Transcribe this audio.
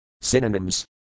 Synonyms